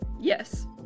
Yes